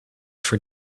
for